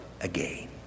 again